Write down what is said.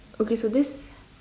okay so this